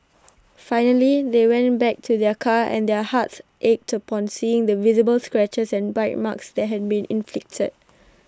finally they went back to their car and their hearts ached upon seeing the visible scratches and bite marks that had been inflicted